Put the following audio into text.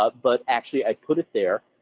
ah but actually i put it there,